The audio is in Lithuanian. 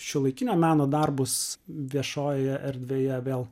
šiuolaikinio meno darbus viešojoje erdvėje vėl